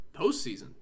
postseason